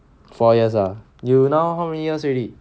four years ah you now how many years already